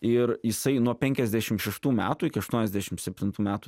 ir jisai nuo penkiasdeįim šeštų metų iki aštuoniasdešim septintų metų